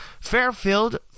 Fairfield